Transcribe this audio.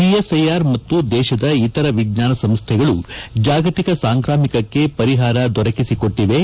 CSIR ಮತ್ತು ದೇಶದ ಇತರ ವಿಜ್ಞಾನ ಸಂಸ್ಥೆಗಳು ಜಾಗತಿಕ ಸಾಂಕ್ರಾಮಿಕಕ್ಕೆ ಪರಿಹಾರ ದೊರಕಿಸಿ ಕೊಟ್ಟಿವೆ